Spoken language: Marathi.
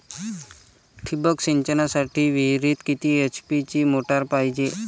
ठिबक सिंचनासाठी विहिरीत किती एच.पी ची मोटार पायजे?